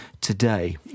today